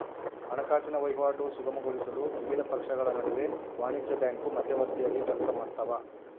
ಹಣಕಾಸಿನ ವಹಿವಾಟು ಸುಗಮಗೊಳಿಸಲು ವಿವಿಧ ಪಕ್ಷಗಳ ನಡುವೆ ವಾಣಿಜ್ಯ ಬ್ಯಾಂಕು ಮಧ್ಯವರ್ತಿಯಾಗಿ ಕೆಲಸಮಾಡ್ತವ